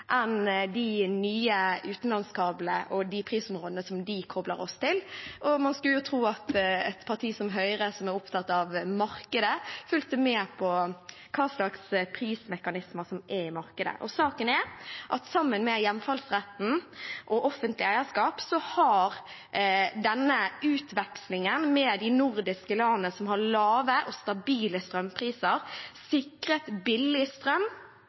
enn de nye utenlandskablene og de prisområdene som de kobler oss til. Man skulle tro at et parti som Høyre, som er opptatt av markedet, fulgte med på hvilke prismekanismer som er i markedet. Saken er: Sammen med hjemfallsretten og offentlig eierskap har denne utvekslingen med de nordiske landene, som har lave og stabile strømpriser, sikret billig strøm